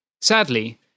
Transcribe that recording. Sadly